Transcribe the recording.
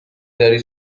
داری